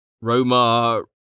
Roma